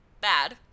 Bad